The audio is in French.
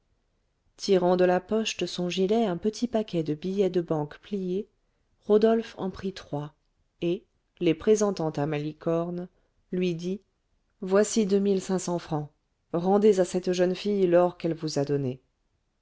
tirant de la poche de son gilet un petit paquet de billets de banque pliés rodolphe en prit trois et les présentant à malicorne lui dit voici deux mille cinq cents francs rendez à cette jeune fille l'or qu'elle vous a donné